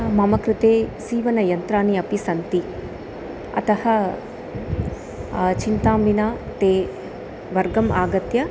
मम कृते सीवनयन्त्राणि अपि सन्ति अतः चिन्तां विना ते वर्गम् आगत्य